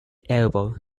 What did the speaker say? elbow